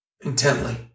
intently